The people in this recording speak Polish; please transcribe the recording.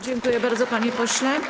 Dziękuję bardzo, panie pośle.